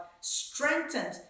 strengthened